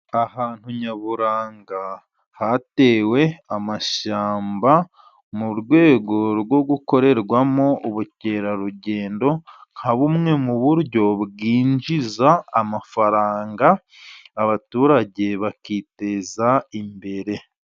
Ahantu nyaburanga hatewe amashyamba， mu rwego rwo gukorerwamo ubukerarugendo，nka bumwe mu buryo bwinjiza amafaranga， abaturage bakiteza imbere.